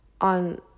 on